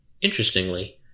Interestingly